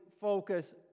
focus